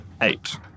eight